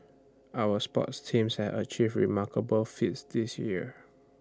our sports teams have achieved remarkable feats this year